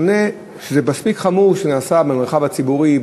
זה מספיק חמור כשזה נעשה במרחב הציבורי,